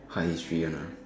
heart history ya lor